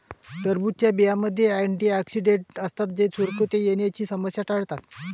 टरबूजच्या बियांमध्ये अँटिऑक्सिडेंट असतात जे सुरकुत्या येण्याची समस्या टाळतात